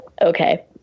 Okay